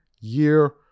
year